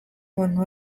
umuntu